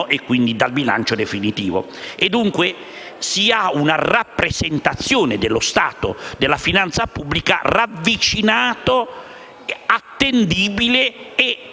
e, quindi, dal bilancio definitivo. Si ha dunque una rappresentazione dello Stato e della finanza pubblica, ravvicinata, attendibile e molto